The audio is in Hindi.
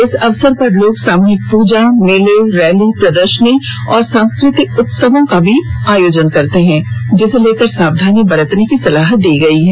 इस अवसर पर लोग सामूहिक पूजा मेले रैली प्रदर्शनी और सांस्कृतिक उत्सवों का भी आयोजन करते हैं जिसे लेकर सावधानी बरतने की सलाह दी गई है